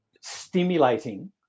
stimulating